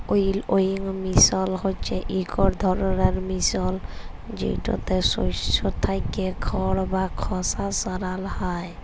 উইলউইং মিশিল হছে ইকট ধরলের মিশিল যেটতে শস্য থ্যাইকে খড় বা খসা সরাল হ্যয়